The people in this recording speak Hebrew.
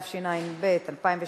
התשע"ב 2012,